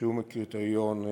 שום קריטריון אחר.